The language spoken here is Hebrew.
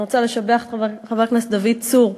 אני רוצה לשבח את חבר הכנסת דוד צור,